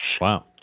Wow